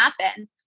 happen